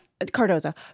Cardoza